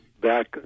back